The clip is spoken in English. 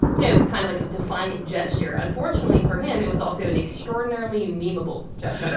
you know it was kind of like a defiant gesture. unfortunately for him, it was also an extraordinarily meme-able gesture.